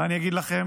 מה אני אגיד לכם?